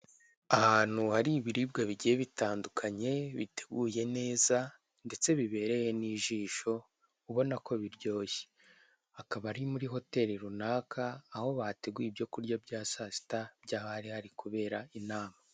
Ahantu hari ibiribwa bigiye bitandukanye biteguye neza ndetse bibereye n'ijisho, ubona ko biryoshye, hakaba ari muri hoteli runaka aho bateguye ibyo kurya bya saa sita, by'ahari kubera inama.